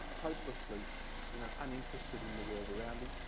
hopelessly you know uninterested in the world around him.